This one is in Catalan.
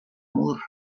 mur